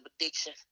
addiction